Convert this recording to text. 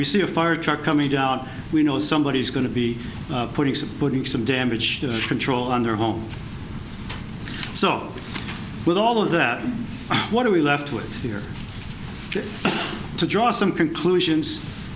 we see a fire truck coming down we know somebody is going to be putting some putting some damage control on their home so with all of that what are we left with here to draw some conclusions